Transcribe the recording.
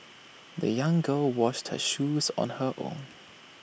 the young girl washed her shoes on her own